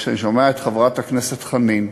וכשאני שומע את חברת הכנסת חנין,